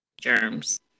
germs